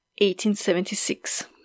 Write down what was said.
1876